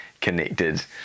connected